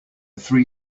three